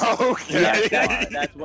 Okay